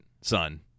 son